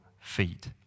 feet